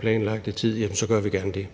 planlagt, gør vi gerne det.